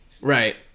right